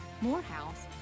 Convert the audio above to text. Morehouse